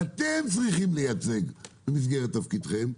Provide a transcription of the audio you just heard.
ואתם צריכים לייצג במסגרת תפקידכם,